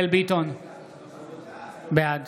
בעד